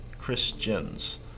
Christians